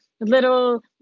little